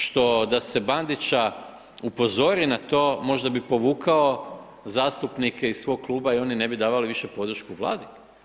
Što da se Bandića upozori na to, možda bi povukao zastupnike iz svog kluba i oni ne bi davali više podršku vladi.